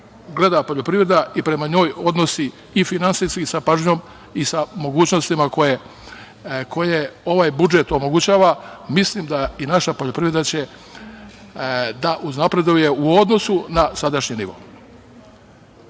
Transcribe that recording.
gleda poljoprivreda i prema odnosi i finansijski sa pažnjom i sa mogućnostima koje ovaj budžet omogućava, mislim da će i naša poljoprivreda da uznapreduje u odnosu na sadašnji